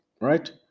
right